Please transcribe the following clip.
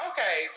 Okay